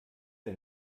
ein